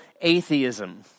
atheism